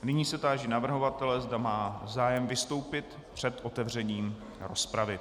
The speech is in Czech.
Nyní se táži navrhovatele, zda má zájem vystoupit před otevřením rozpravy.